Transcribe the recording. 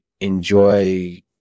enjoy